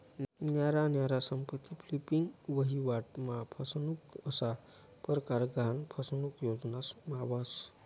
न्यारा न्यारा संपत्ती फ्लिपिंग, वहिवाट मा फसनुक असा परकार गहान फसनुक योजनास मा व्हस